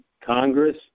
Congress